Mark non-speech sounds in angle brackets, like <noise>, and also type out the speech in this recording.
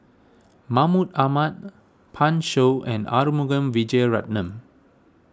Mahmud Ahmad <hesitation> Pan Shou and Arumugam Vijiaratnam